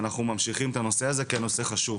ואנחנו ממשיכים את הנושא הזה, כי הנושא חשוב.